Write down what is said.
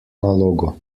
nalogo